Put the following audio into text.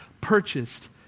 purchased